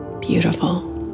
beautiful